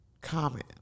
comment